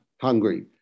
hungry